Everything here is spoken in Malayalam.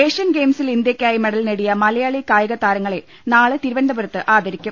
ഏഷ്യൻ ഗെയിംസിൽ ഇന്ത്യക്കായി മെഡൽ നേടിയ മലയാളി കായികതാരങ്ങളെ നാളെ തിരുവനന്തപുരത്ത് ആദരിക്കും